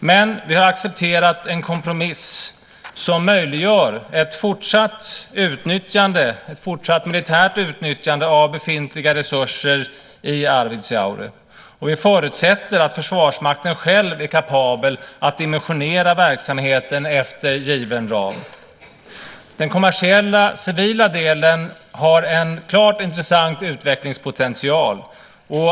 Men vi har accepterat en kompromiss som möjliggör ett fortsatt militärt utnyttjande av befintliga resurser i Arvidsjaur, och vi förutsätter att Försvarsmakten själv är kapabel att dimensionera verksamheten efter given ram. Den kommersiella civila delen har en klart intressant utvecklingspotential.